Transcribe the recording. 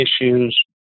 issues